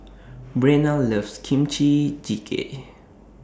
Brenna loves Kimchi Jjigae